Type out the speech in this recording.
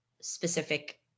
specific